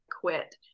quit